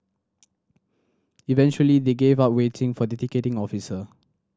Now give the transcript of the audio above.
eventually they gave up waiting for the ticketing officer